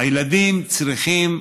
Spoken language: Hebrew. הילדים צריכים,